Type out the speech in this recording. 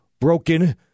broken